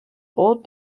old